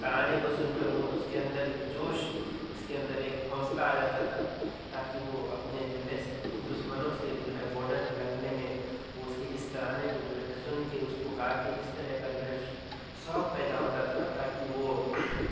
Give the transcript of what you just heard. ترانے کو سن کر وہ اس کے اندر ایک جوش اس کے اندر ایک حوصلہ آ جاتا تھا تاکہ وہ اپنے جو ہے دشمنوں سے جو ہے بارڈر پہ لڑنے میں اس کے اس ترانے کو جو ہے سن کے اس کو گا کے اس طرح کا جو ہے شو شوق پیدا ہوتا تھا تاکہ وہ